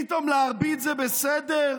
פתאום להרביץ זה בסדר.